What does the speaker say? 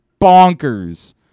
bonkers